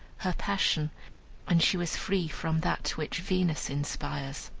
her passion and she was free from that which venus inspires.